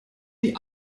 die